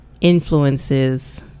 influences